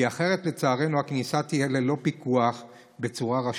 כי אחרת לצערנו הכניסה תהיה ללא פיקוח ובצורה רשלנית.